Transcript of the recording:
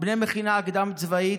בני מכינה קדם-צבאית